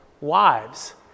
Wives